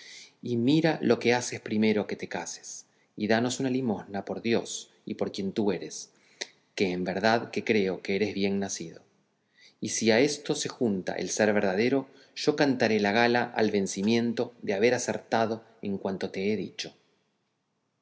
y mira lo que haces primero que te cases y danos una limosnita por dios y por quien tú eres que en verdad que creo que eres bien nacido y si a esto se junta el ser verdadero yo cantaré la gala al vencimiento de haber acertado en cuanto te he dicho